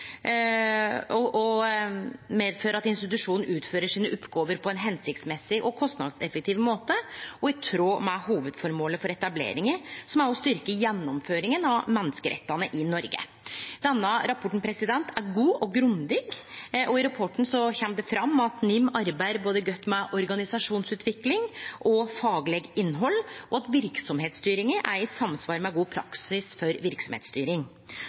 og ressursbruk medfører at institusjonen utfører oppgåvene sine på ein hensiktsmessig og kostnadseffektiv måte og i tråd med hovudføremålet for etableringa, som er å styrkje gjennomføringa av menneskerettane i Noreg. Denne rapporten er god og grundig, og i rapporten kjem det fram at NIM arbeider godt med både organisasjonsutvikling og fagleg innhald, og at verksemdsstyringa er i samsvar med god praksis for